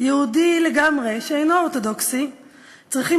יהודי לגמרי שאינו אורתודוקסי צריכים